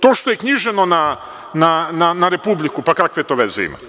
To što je knjiženo na Republiku, pa kakve to veze ima?